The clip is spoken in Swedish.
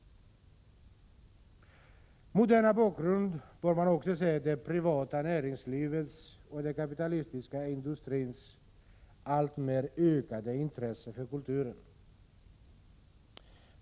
2 april 1987 Mot denna bakgrund bör man också se det privata näringslivets och den kapitalistiska industrins alltmer ökade intresse för kulturen.